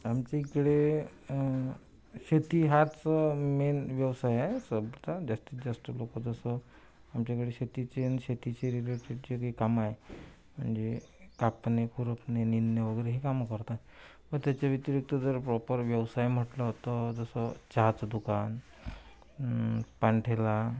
आमच्या इकडे शेती हाच मेन व्यवसाय आहे सबका जास्तीत जास्त लोक जसं आमच्याकडे शेतीचे आणि शेतीचे रिलेटेड जे काही कामं आहे म्हणजे कापणे खुरपणे निंदणे वगैरे हे कामं करतात व त्याच्या व्यतिरिक्त जर प्रॉपर व्यवसाय म्हटलं तर जसं चहाचं दुकान पानठेला